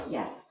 Yes